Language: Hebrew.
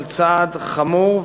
על צעד חמור,